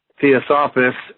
theosophists